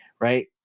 right